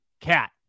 Cat